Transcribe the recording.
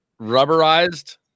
rubberized